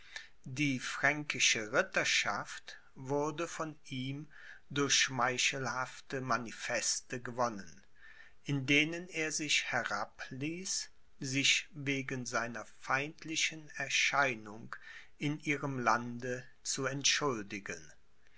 die fränkische ritterschaft wurde von ihm durch schmeichelhafte manifeste gewonnen in denen er sich herabließ sich wegen seiner feindlichen erscheinung in ihrem lande zu entschuldigen